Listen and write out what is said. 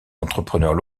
entrepreneurs